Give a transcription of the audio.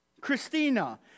Christina